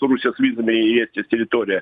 su rusijos vizom į estijos teritoriją